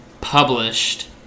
published